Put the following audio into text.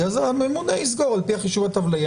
אז הממונה יסגור על פי החישוב הטבלאי.